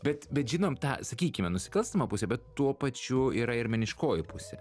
bet bet žinom tą sakykime nusikalstamą pusę bet tuo pačiu yra ir meniškoji pusė